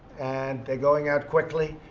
and they're going out quickly.